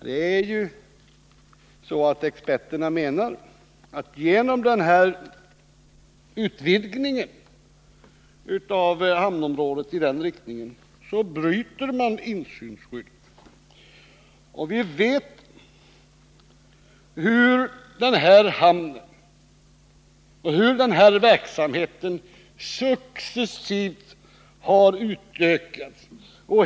Det är ju så att 103 experterna menar att man, genom den aktuella utvidgningen av hamnområdet i den här riktningen, bryter insynsskyddet. Vi vet hur den här hamnen och den här verksamheten successivt har utökats.